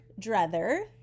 drether